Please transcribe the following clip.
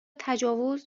تجاوز